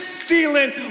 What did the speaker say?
stealing